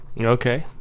Okay